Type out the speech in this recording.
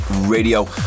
Radio